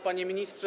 Panie Ministrze!